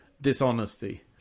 dishonesty